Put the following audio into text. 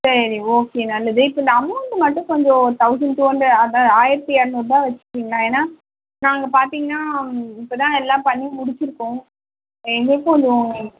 சரி ஓகே நல்லது இப்போ இந்த அமௌண்ட் மட்டும் கொஞ்சம் தவுசண்ட் டூ ஹண்டர்ட் அதை ஆயிரத்து இரநூறுருபா வச்சுகிறீங்களா ஏன்னால் நாங்கள் பார்த்தீங்கனா இப்போது தான் எல்லாம் பண்ணி முடிச்சுருக்கோம் எங்களுக்கும் கொஞ்சம்